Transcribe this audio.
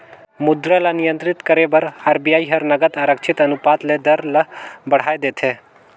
मुद्रा ल नियंत्रित करे बर आर.बी.आई हर नगद आरक्छित अनुपात ले दर ल बढ़ाए देथे